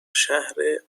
شهر